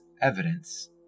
evidence